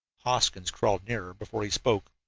hoskins crawled nearer before he spoke.